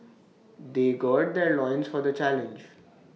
they gird their loins for the challenge